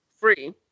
free